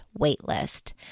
waitlist